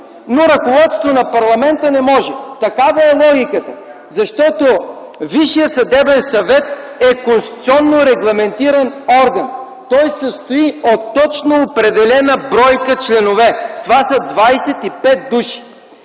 но ръководството на парламента – не може! Такава е логиката! Защото Висшият съдебен съвет е конституционно регламентиран орган. Той се състои от точно определена бройка членове. Това са 25 души.